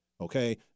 okay